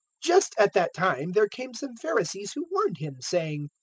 just at that time there came some pharisees who warned him, saying,